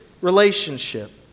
relationship